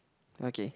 okay